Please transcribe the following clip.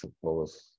suppose